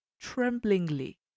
tremblingly